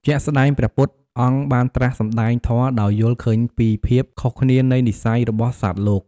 ជាក់ស្ដែង ព្រះពុទ្ធអង្គបានត្រាស់សម្តែងធម៌ដោយយល់ឃើញពីភាពខុសគ្នានៃនិស្ស័យរបស់សត្វលោក។